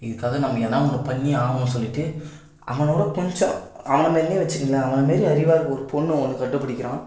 இதுக்காவது நம்ப எதாவது ஒன்று பண்ணியே ஆகணுன்னு சொல்லிவிட்டு அவனோட கொஞ்சம் அவனமாதிரின்னே வச்சிக்கங்களே அவனமாரி அறிவாக ஒரு பொண்ணு ஒன்று கண்டுபிடிக்கிறான்